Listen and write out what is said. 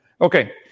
Okay